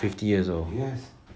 fifty years old